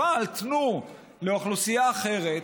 אבל תנו לאוכלוסייה אחרת,